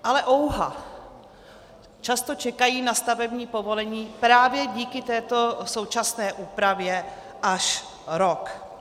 Ale ouha, často čekají na stavební povolení právě díky této současné úpravě až rok.